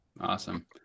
Awesome